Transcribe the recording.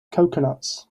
coconuts